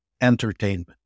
entertainment